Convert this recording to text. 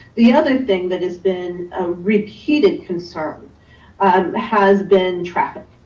the other thing that has been repeated concern has been traffic.